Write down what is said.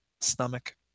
stomach